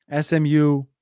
SMU